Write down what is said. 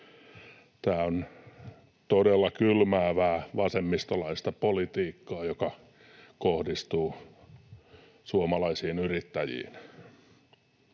Tämä on todella kylmäävää vasemmistolaista politiikkaa, joka kohdistuu suomalaisiin yrittäjiin.